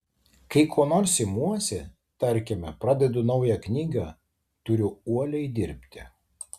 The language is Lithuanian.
kai ko nors imuosi tarkime pradedu naują knygą turiu uoliai dirbti